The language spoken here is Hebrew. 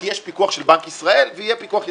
כי יש פיקוח של בנק ישראל ויהיה פיקוח יציבותי.